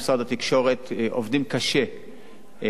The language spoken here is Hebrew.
עובדים קשה כדי לטפל בזה.